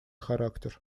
характер